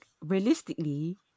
realistically